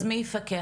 אז מי יפקח?